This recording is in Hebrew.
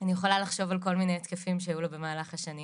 אני יכולה לחשוב על כל מיני התקפים שהיו לה במהלך השנים